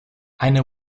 eine